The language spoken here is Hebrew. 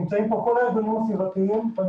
נמצאים כאן כל הארגונים הסביבתיים ואני